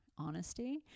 Honesty